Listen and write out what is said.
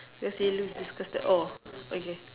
cause he looks disgusted oh okay